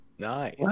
nice